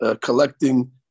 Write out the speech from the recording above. collecting